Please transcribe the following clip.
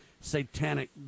satanic